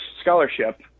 scholarship